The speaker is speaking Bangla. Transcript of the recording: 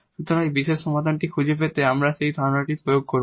সুতরাং এই পার্টিকুলার সমাধানটি খুঁজে পেতে আমরা সেই ধারণাটি প্রয়োগ করব